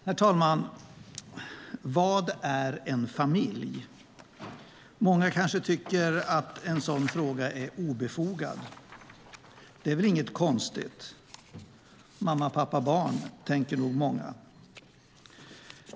Herr talman! Vad är en familj? Många kanske tycker att en sådan fråga är obefogad. Det är väl inget konstigt. Mamma, pappa, barn, tänker nog många.